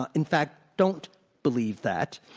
ah in fact, don't believe that.